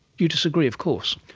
you disagree of course.